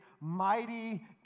Mighty